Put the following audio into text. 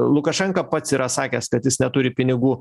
lukašenka pats yra sakęs kad jis neturi pinigų